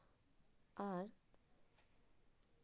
ᱟᱨ